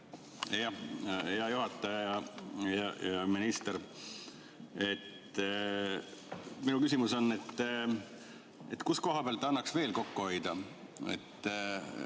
Hea juhataja! Hea minister! Minu küsimus on, kus koha pealt annaks veel kokku hoida.